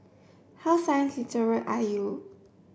how science literate are you